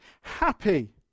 happy